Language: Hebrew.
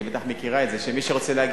כי היא בוודאי מכירה את זה שמי שרוצה להגיע,